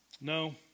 No